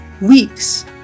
weeks